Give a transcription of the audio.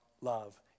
love